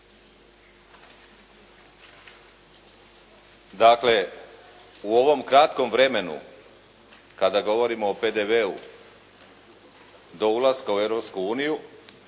Dakle, u ovom kratkom vremenu kada govorimo o PDV-u do ulaska u